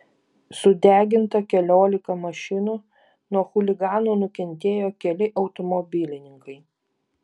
sudeginta keliolika mašinų nuo chuliganų nukentėjo keli automobilininkai